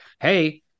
hey